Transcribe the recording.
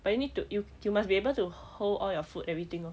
but you need to you you must be able to hold all your food everything lor